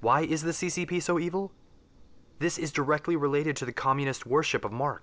why is the c c p so evil this is directly related to the communist worship of mar